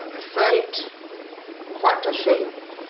ah felt quite ashamed